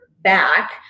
back